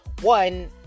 one